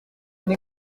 ari